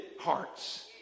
hearts